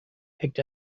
picked